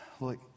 Look